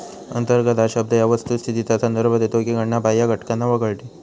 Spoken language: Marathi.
अंतर्गत हा शब्द या वस्तुस्थितीचा संदर्भ देतो की गणना बाह्य घटकांना वगळते